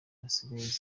basigaye